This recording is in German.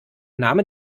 name